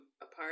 apart